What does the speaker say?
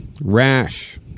rash